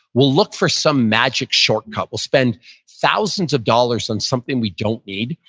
we'll look for some magic shortcut. we'll spend thousands of dollars on something we don't need,